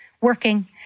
working